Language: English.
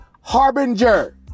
Harbinger